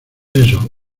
eso